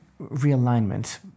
realignment